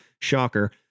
Shocker